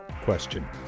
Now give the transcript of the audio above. Question